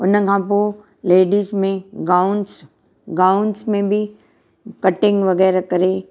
उन खां पोइ लेडीज़ में गाउन्स गाउन्स में बि कटिंग वग़ैरह करे